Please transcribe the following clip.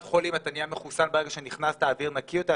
האם אתה מחוסן ברגע שנכנסת לקופת החולים והאוויר נקי יותר?